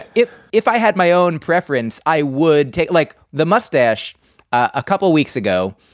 if if i had my own preference, i would take like the mustache a couple of weeks ago.